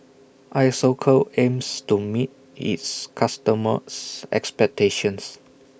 Isocal aims to meet its customers' expectations